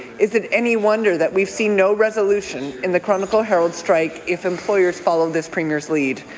is it any wonder that we've seen no resolution in the chronicle herald strike if employers follow this premier's lead?